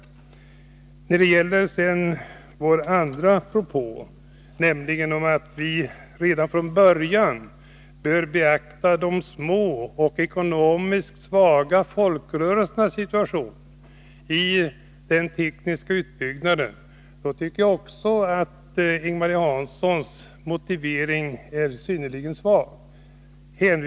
Beträffande vår andra propå, nämligen att vi redan från början bör beakta de små och ekonomiskt svaga folkrörelsernas situation när det gäller den tekniska utbyggnaden, tycker jag att Ing-Marie Hanssons motivering är synnerligen svag.